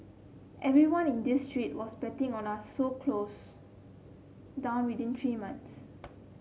everyone in this street was betting on us so close down within three months